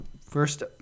First